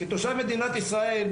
כתושב מדינת ישראל,